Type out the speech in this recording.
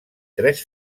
tres